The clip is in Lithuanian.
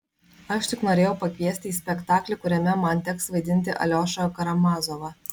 aš tik norėjau pakviesti į spektaklį kuriame man teks vaidinti aliošą karamazovą